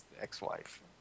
ex-wife